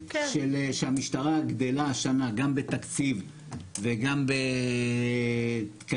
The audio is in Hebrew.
שהמשטרה גדלה השנה גם בתקציב וגם בתקנים.